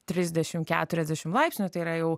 trisdešimt keturiasdešim laipsnių tai yra jau